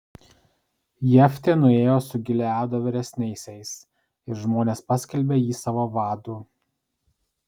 jeftė nuėjo su gileado vyresniaisiais ir žmonės paskelbė jį savo vadu